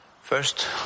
first